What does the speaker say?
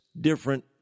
different